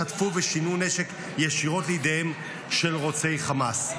חטפו ושינעו נשק ישירות לידיהם של רוצחי חמאס.